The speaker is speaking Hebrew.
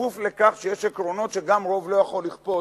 בכפוף לכך שיש עקרונות שגם רוב לא יכול לכפות,